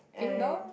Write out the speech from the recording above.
and